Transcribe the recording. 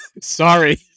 sorry